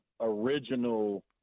original